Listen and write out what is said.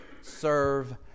serve